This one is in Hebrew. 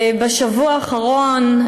בשבוע האחרון,